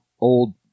old